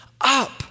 up